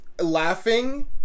laughing